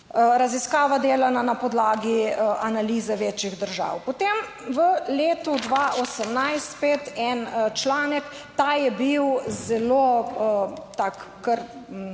raziskava dela na podlagi analize večjih držav. Potem v letu 2018 spet en članek, Ta je bil zelo tak